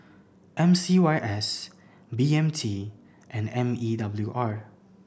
M C Y S B M T and M E W R